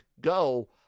go